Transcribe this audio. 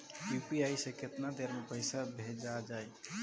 UPI से केतना देर मे पईसा भेजा जाई?